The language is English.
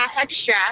extra